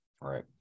Right